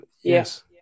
Yes